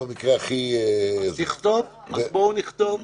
בואו נכתוב.